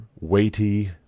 weighty